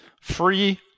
Free